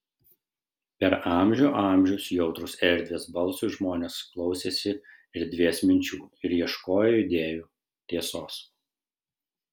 per amžių amžius jautrūs erdvės balsui žmonės klausėsi erdvės minčių ir ieškojo idėjų tiesos